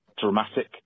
dramatic